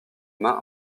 main